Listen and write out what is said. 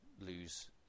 lose